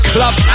Club